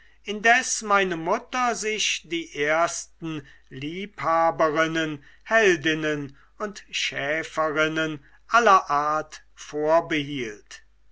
indes meine mutter sich die ersten liebhaberinnen heldinnen und schäferinnen aller art vorbehielt